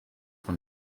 when